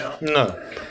No